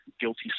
guilty